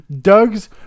Doug's